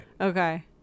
Okay